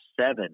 seven